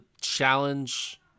challenge